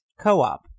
co-op